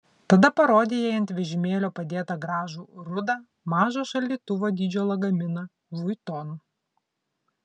tada parodė jai ant vežimėlio padėtą gražų rudą mažo šaldytuvo dydžio lagaminą vuitton